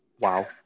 wow